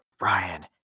Ryan